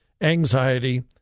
anxiety